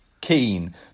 Keen